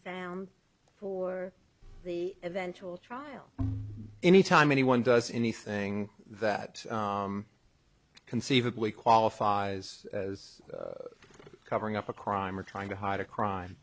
found for the eventual trial anytime anyone does anything that conceivably qualifies as covering up a crime or trying to hide a crime